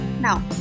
Now